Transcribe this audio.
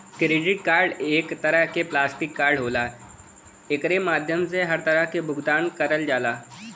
credit card एक तरे क प्लास्टिक कार्ड होला एकरे माध्यम से हर तरह क भुगतान करल जाला